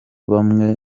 bamwe